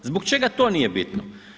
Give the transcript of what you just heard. Zbog čega to nije bitno?